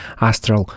Astral